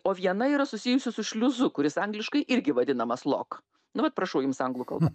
o viena yra susijusi su šliuzu kuris angliškai irgi vadinamas lok nu vat prašau jums anglų kalba